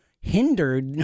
hindered